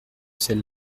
celle